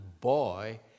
boy